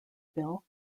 bill